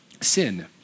sin